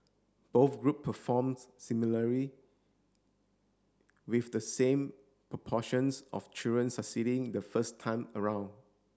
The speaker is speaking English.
both group performs similarly with the same proportions of children succeeding the first time around